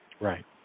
Right